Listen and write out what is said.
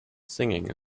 singing